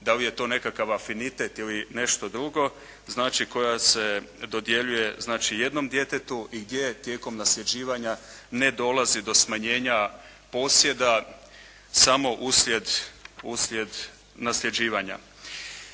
da li je to nekakav afinitet ili nešto drugo. Znači, koja se dodjeljuje znači jednom djetetu i gdje tijekom nasljeđivanja ne dolazi do smanjenja posjeda samo uslijed nasljeđivanja.